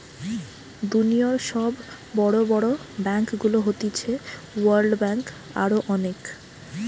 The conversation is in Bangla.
দুনিয়র সব বড় বড় ব্যাংকগুলো হতিছে ওয়ার্ল্ড ব্যাঙ্ক, আরো অনেক